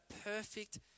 perfect